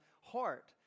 heart